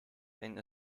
and